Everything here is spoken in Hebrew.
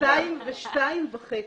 שתיים וחצי.